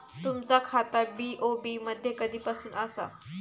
तुमचा खाता बी.ओ.बी मध्ये कधीपासून आसा?